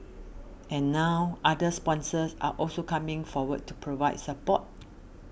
and now other sponsors are also coming forward to provide support